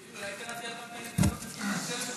אולי תנצל גם את ההזדמנות ותתנצל בפניו.